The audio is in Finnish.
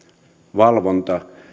valvonta